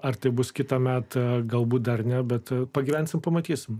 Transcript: ar tai bus kitąmet galbūt dar ne bet pagyvensime pamatysime